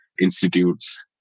institutes